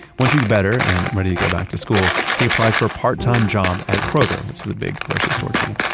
once he's better and ready to go back to school, he applies for a part-time job at kroger, which is a big grocery store chain.